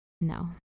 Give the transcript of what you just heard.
No